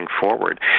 forward